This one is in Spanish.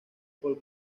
por